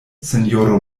sinjoro